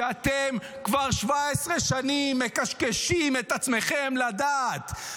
שאתם כבר 17 שנים מקשקשים את עצמכם לדעת.